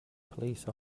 police